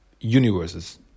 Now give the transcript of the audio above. universes